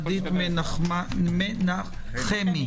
עו"ד נעמה מנחמי,